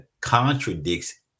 contradicts